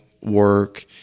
work